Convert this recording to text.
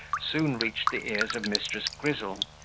soon reached the ears of mrs. grizzle,